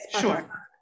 Sure